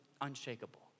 unshakable